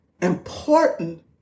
important